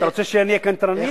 איזה, אתה רוצה שאני אהיה קנטרני?